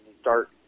start